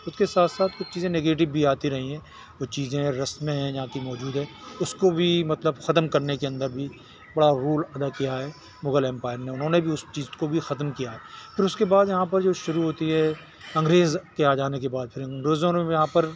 اس کے ساتھ ساتھ کچھ چیزیں نگیٹیو بھی آتی رہی ہیں وہ چیزیں رسمیں ہیں یہاں کی موجود ہے اس کو بھی مطلب ختم کرنے کے اندر بھی بڑا رول ادا کیا ہے مغل امپائر نے انہوں نے بھی اس چیز کو بھی ختم کیا پھر اس کے بعد یہاں پر جو شروع ہوتی ہے انگریز کے آ جانے کے بعد پھر انگریزوں نے بھی یہاں پر